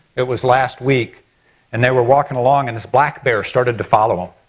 it was last week and they were walking along and this black bear started to follow them.